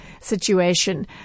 situation –